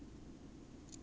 !aiya!